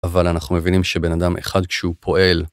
אבל אנחנו מבינים שבן אדם אחד כשהוא פועל...